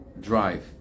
drive